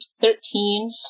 thirteen